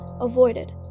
avoided